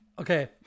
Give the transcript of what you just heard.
Okay